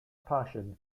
passion